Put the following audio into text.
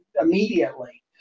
immediately